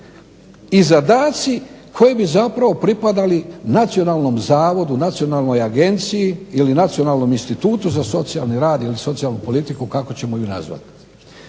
i zadaci koji bi zapravo pripadali Nacionalnom zavodu, Nacionalnoj agenciji ili Nacionalnom institutu za socijalni rad ili socijalnu politiku kako ćemo ju nazvati.